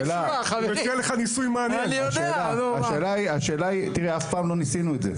השאלה היא, תראה, אף פעם לא ניסינו את זה.